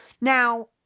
Now